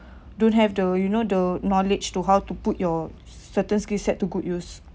don't have the you know the knowledge to how to put your certain skill set to good use